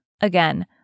Again